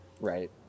Right